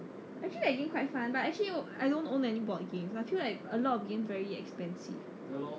actually the game quite fun but actually I I don't own any board game I feel like a lot of games very expensive